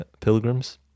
pilgrims